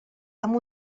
amb